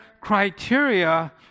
criteria